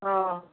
ꯑꯥ